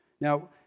Now